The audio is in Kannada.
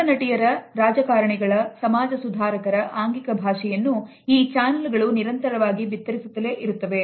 ನಟ ನಟಿಯರ ರಾಜಕಾರಣಿಗಳ ಸಮಾಜ ಸುಧಾರಕರ ಆಂಗಿಕ ಭಾಷೆಯನ್ನು ಈ ಚಾನಲ್ಗಳು ನಿರಂತರವಾಗಿ ಬಿತ್ತರಿಸುತ್ತಲೆ ಇರುತ್ತವೆ